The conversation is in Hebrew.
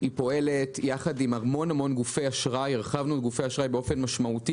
היא פועלת יחד עם המון גופי אשראי; הרחבנו את גופי האשראי באופן משמעותי